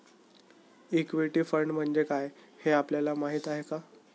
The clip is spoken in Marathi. इक्विटी फंड म्हणजे काय, हे आपल्याला माहीत आहे का?